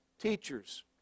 teachers